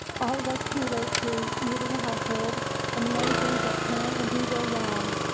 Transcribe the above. all of us can relate to moving a household and the many things that can and do go wrong.